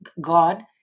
God